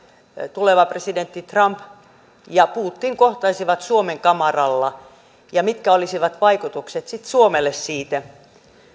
tuleva presidentti trump ja putin kohtaisivat suomen kamaralla ja mitkä olisivat vaikutukset sitten suomelle siitä